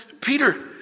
Peter